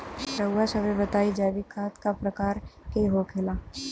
रउआ सभे बताई जैविक खाद क प्रकार के होखेला?